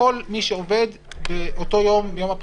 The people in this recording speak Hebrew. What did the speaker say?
כל כך ברור מה ההצדקה להחריג אותם גם על הדברים האחרים,